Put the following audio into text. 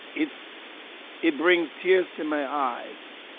it's it brings tears to my eyes.